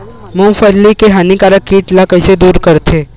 मूंगफली के हानिकारक कीट ला कइसे दूर करथे?